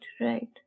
Right